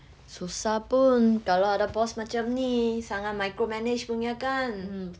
susah pun kalau ada boss macam ni sangat micromanage punya kan